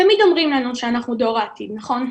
תמיד אומרים לנו שאנחנו דור העתיד, נכון?